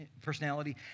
personality